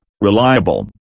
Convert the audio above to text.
reliable